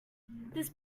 this